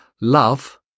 Love